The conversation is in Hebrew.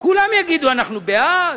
כולם יגידו: אנחנו בעד.